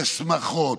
לשמחות.